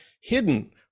hidden